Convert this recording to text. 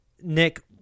nick